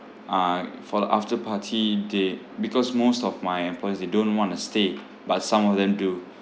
uh for the after party they because most of my employees they don't want to stay but some of them do